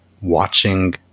watching